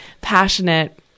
passionate